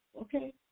okay